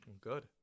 Good